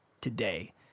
today